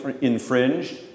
infringed